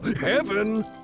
heaven